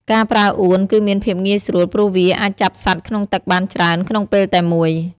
ការប្រើអួនគឺមានភាពងាយស្រួល ព្រោះវាអាចចាប់សត្វក្នុងទឹកបានច្រើនក្នុងពេលតែមួយ។